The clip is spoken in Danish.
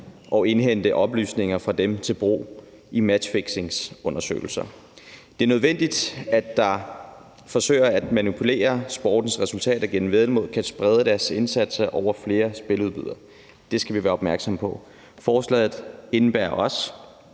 at indhente oplysninger fra dem til brug i matchfixingundersøgelser. Det er nødvendigt, at dem, der forsøger at manipulere sportsresultater gennem væddemål, kan sprede deres indsatser over flere spiludbydere. Det skal vi være opmærksomme på. Forslaget indebærer også,